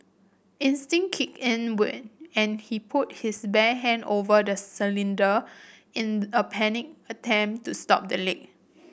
instinct kicked and when and he put his bare hand over the cylinder in a panicked attempt to stop the leak